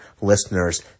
listeners